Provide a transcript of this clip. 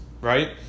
right